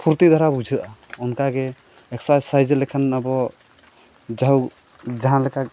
ᱯᱷᱩᱨᱛᱤ ᱫᱷᱟᱨᱟ ᱵᱩᱡᱷᱟᱹᱜᱼᱟ ᱚᱱᱠᱟᱜᱮ ᱮᱠᱥᱟᱨᱥᱟᱭᱤᱡᱽ ᱞᱮᱠᱷᱟᱱ ᱟᱵᱚ ᱡᱟᱣ ᱡᱟᱦᱟᱸ ᱞᱮᱠᱟ ᱜᱮ